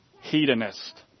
Hedonist